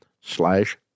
slash